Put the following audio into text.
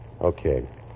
Okay